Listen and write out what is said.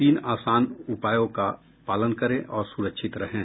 तीन आसान उपायों का पालन करें और सुरक्षित रहें